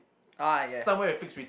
uh yes